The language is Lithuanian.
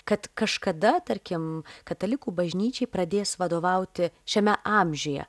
kad kažkada tarkim katalikų bažnyčiai pradės vadovauti šiame amžiuje